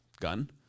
gun